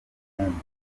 umuhungu